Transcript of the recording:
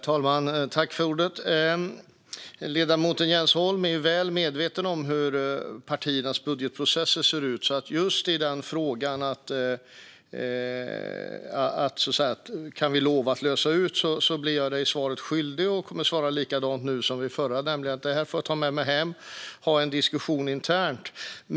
Herr talman! Ledamoten Jens Holm är ju väl medveten om hur partiernas budgetprocesser ser ut. När det gäller frågan om vi kan lova att lösa ut blir jag dig svaret skyldig och kommer att svara likadant nu som i den förra repliken: Detta får jag ta med mig hem och ha en diskussion om internt.